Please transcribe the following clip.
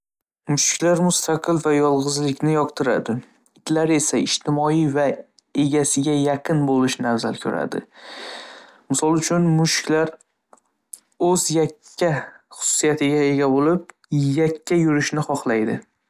Mushuklar mustaqil va yolg‘izlikni yoqtiradi. Itlar esa ijtimoiy va egasiga yaqin bo‘lishni afzal ko‘radi. misol uchun mushuklar o'zi yakka xususiyatiga ega bo'lib yakka yurishni xohlaydi